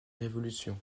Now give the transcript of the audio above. révolution